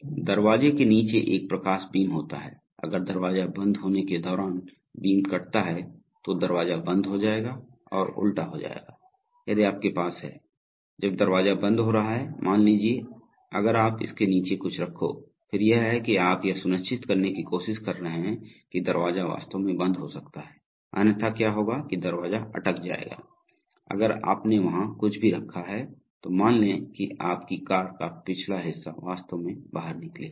दरवाजे के नीचे एक प्रकाश बीम होता है अगर दरवाजा बंद होने के दौरान बीम कटता है तो दरवाजा बंद हो जाएगा और उल्टा हो जाएगा यदि आपके पास है जब दरवाजा बंद हो रहा है मान लीजिए अगर आप इसके नीचे कुछ रखो फिर यह है कि आप यह सुनिश्चित करने की कोशिश कर रहे हैं कि दरवाजा वास्तव में बंद हो सकता है अन्यथा क्या होगा कि दरवाजा अटक जाएगा अगर आपने वहां कुछ भी रखा है तो मान लें कि आपकी कार का पिछला हिस्सा वास्तव में बाहर निकले हुए है